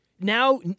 now